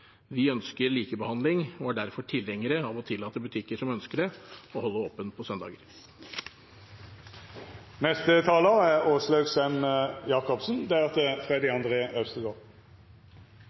Vi ønsker likebehandling og er derfor tilhengere av å tillate butikker som ønsker det, å holde åpent på søndager. Ja, la søndagen være søndag. La den være hviledagen, fridagen, helligdagen. Det er